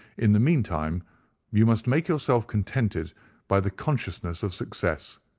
in the meantime you must make yourself contented by the consciousness of success,